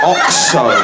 Oxo